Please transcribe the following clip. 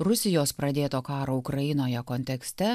rusijos pradėto karo ukrainoje kontekste